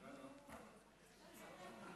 אדוני היושב-ראש,